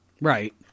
Right